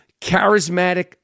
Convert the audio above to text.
charismatic